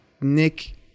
Nick